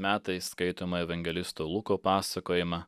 metais skaitoma evangelisto luko pasakojimą